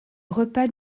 repas